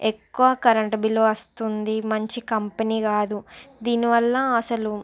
ఎక్కువ current bill వస్తుంది మంచి కంపెనీ కాదు దీనివల్ల అసలు